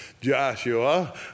Joshua